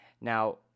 Now